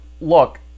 look